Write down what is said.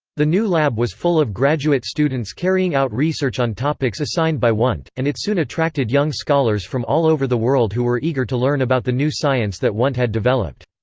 the new lab was full of graduate students carrying out research on topics assigned by wundt, and it soon attracted young scholars from all over the world who were eager to learn about the new science that wundt had developed.